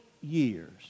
years